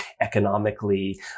economically